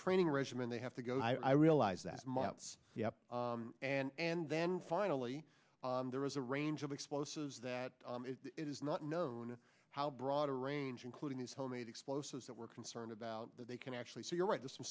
training regimen they have to go i realize that mounts up and then finally there is a range of explosives that it is not known how broad a range including these homemade explosives that we're concerned about that they can actually so you're right to some